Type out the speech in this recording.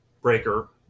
breaker